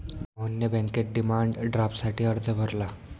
मोहनने बँकेत डिमांड ड्राफ्टसाठी अर्ज भरला